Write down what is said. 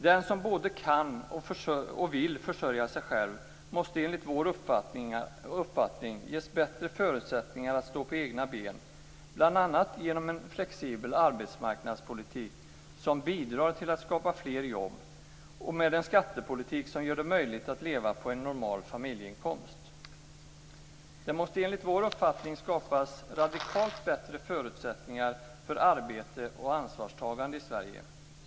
Den som både kan och vill försörja sig själv måste enligt vår uppfattning ges bättre förutsättningar att stå på egna ben, bl.a. genom en flexibel arbetsmarknadspolitik som bidrar till att skapa fler jobb och med en skattepolitik som gör det möjligt att leva på en normal familjeinkomst. Det måste enligt vår uppfattning skapas radikalt bättre förutsättningar för arbete och ansvarstagande i Sverige.